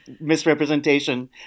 misrepresentation